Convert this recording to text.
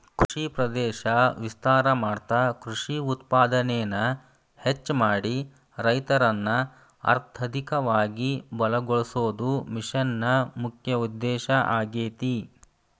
ಕೃಷಿ ಪ್ರದೇಶ ವಿಸ್ತಾರ ಮಾಡ್ತಾ ಕೃಷಿ ಉತ್ಪಾದನೆನ ಹೆಚ್ಚ ಮಾಡಿ ರೈತರನ್ನ ಅರ್ಥಧಿಕವಾಗಿ ಬಲಗೋಳಸೋದು ಮಿಷನ್ ನ ಮುಖ್ಯ ಉದ್ದೇಶ ಆಗೇತಿ